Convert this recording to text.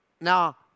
Now